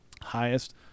highest